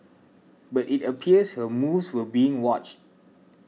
but it appears her moves were being watched